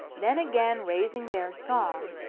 then again raising their song,